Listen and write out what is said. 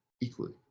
equally